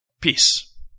Peace